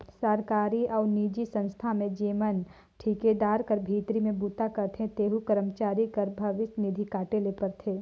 सरकारी अउ निजी संस्था में जेमन ठिकादार कर भीतरी में बूता करथे तेहू करमचारी कर भविस निधि काटे ले परथे